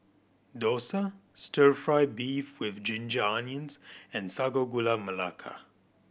dosa Stir Fry beef with ginger onions and Sago Gula Melaka